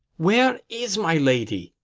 where is my lady?